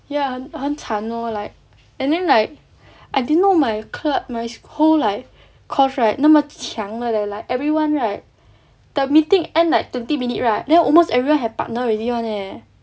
ya 很惨 lor like and then like I didn't know my club my whole like course right 那么强的 leh like everyone right the meeting end like twenty minute right then almost everyone had partner already [one] eh